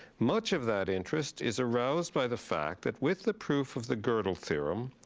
much of that interest is aroused by the fact that with the proof of the godel theorem,